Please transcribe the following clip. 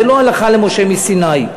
זו לא הלכה למשה מסיני.